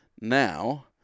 Now